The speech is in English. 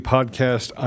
Podcast